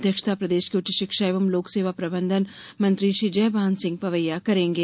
अध्यक्षता प्रदेश के उच्च शिक्षा एवं लोक सेवा प्रबंधन मंत्री श्री जयभान सिंह पवैया करेंगे